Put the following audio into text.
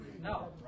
No